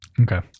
Okay